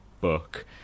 book